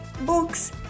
books